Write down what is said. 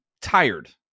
tired